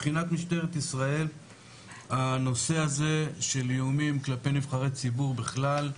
מבחינת משטרת ישראל הנושא הזה של איומים כלפי נבחרי ציבור בכלל,